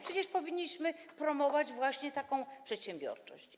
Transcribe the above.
Przecież powinniśmy promować właśnie taką przedsiębiorczość.